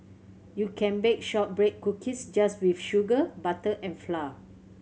you can bake shortbread cookies just with sugar butter and flour